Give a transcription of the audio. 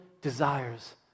desires